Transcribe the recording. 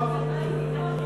אבל מה עם בדיקות,